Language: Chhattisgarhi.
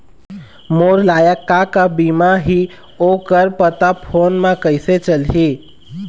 मोर लायक का का बीमा ही ओ कर पता फ़ोन म कइसे चलही?